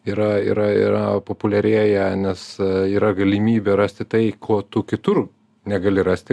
yra yra yra populiarėja nes yra galimybė rasti tai ko tu kitur negali rasti